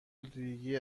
ریگی